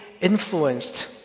influenced